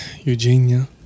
Eugenia